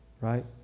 right